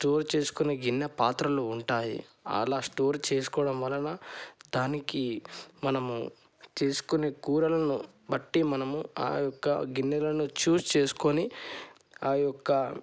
store చేసుకునే గిన్నె పాత్రలు ఉంటాయి అలా స్టోర్ చేసుకోవడం వలన దానికి మనము చేసుకునే కూరలను బట్టి మనము ఆ యొక్క గిన్నెలను చూజ్ చేసుకొని ఆ యొక్క